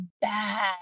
bad